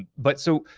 but so,